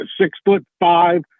six-foot-five